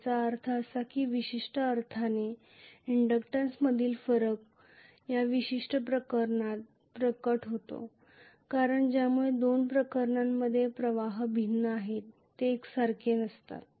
याचा अर्थ असा की एका विशिष्ट अर्थाने इंडक्टन्समधील फरक या विशिष्ट प्रकरणात प्रकट होतो कारण ज्यामुळे दोन प्रकरणांमध्ये प्रवाह भिन्न असतात ते एकसारखे नसतात